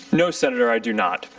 no, senator, i do not.